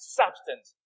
substance